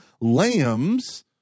lambs